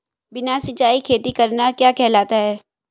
बिना सिंचाई खेती करना क्या कहलाता है?